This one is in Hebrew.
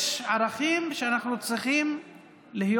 יש ערכים שאנחנו צריכים להיות,